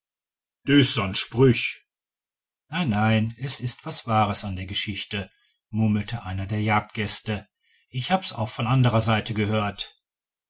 san sprüch nein nein es ist was wahres an der geschichte murmelte einer der jagdgäste ich hab es auch von anderer seite gehört